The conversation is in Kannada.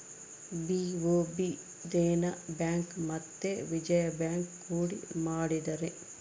ಬಿ.ಒ.ಬಿ ದೇನ ಬ್ಯಾಂಕ್ ಮತ್ತೆ ವಿಜಯ ಬ್ಯಾಂಕ್ ಕೂಡಿ ಮಾಡಿದರೆ